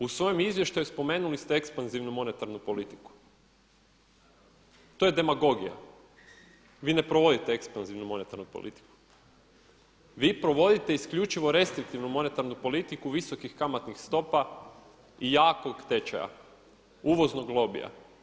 U svojem izvještaju spomenuli ste ekspanzivnu monetarnu politiku, to je demagogija, vi ne provodite ekspanzivnu monetarnu politiku vi provodite isključivo restriktivnu monetarnu politiku visokih kamatnih stopa i jakog tečaja uvoznog lobija.